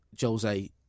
Jose